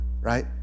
right